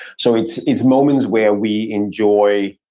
so it's it's moments where we enjoy